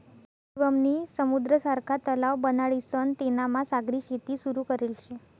शिवम नी समुद्र सारखा तलाव बनाडीसन तेनामा सागरी शेती सुरू करेल शे